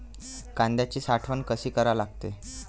कांद्याची साठवन कसी करा लागते?